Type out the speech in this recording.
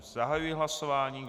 Zahajuji hlasování.